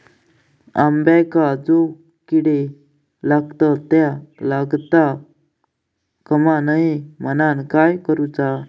अंब्यांका जो किडे लागतत ते लागता कमा नये म्हनाण काय करूचा?